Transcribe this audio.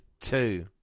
two